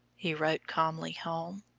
he wrote calmly home.